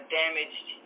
damaged